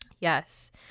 Yes